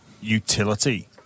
utility